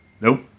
Nope